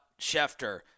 Schefter